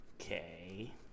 okay